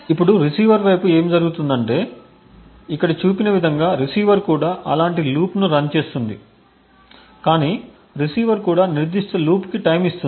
ఇప్పుడు రిసీవర్ వైపు ఏమి జరుగుతుందంటే ఇక్కడ చూపిన విధంగా రిసీవర్ కూడా ఇలాంటి లూప్ను రన్చేస్తుంది కాని రిసీవర్ కూడా నిర్దిష్ట లూప్కు టైమ్ ఇస్తుంది